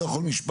לא יכול משפט,